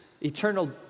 eternal